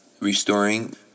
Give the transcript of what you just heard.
restoring